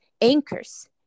anchors